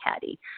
caddy